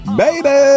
baby